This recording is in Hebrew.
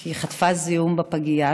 כי היא חטפה זיהום בפגייה.